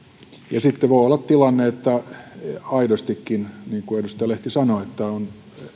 sitten voi olla tilanne että aidostikin niin kuin edustaja lehti sanoi on